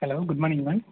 hello good morning ma'am